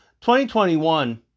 2021